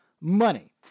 money